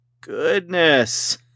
goodness